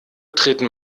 treten